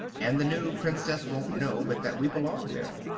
and the new princess won't know but that we belong there.